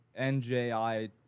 NJI –